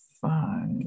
five